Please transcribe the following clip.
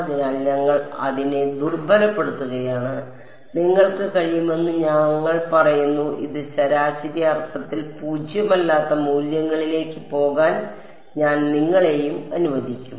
അതിനാൽ ഞങ്ങൾ അതിനെ ദുർബലപ്പെടുത്തുകയാണ് നിങ്ങൾക്ക് കഴിയുമെന്ന് ഞങ്ങൾ പറയുന്നു ഇത് ശരാശരി അർത്ഥത്തിൽ പൂജ്യമല്ലാത്ത മൂല്യങ്ങളിലേക്ക് പോകാൻ ഞാൻ നിങ്ങളെയും അനുവദിക്കും